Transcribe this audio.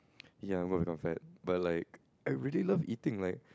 ya I'm gonna become fat but like I really love eating like